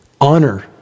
honor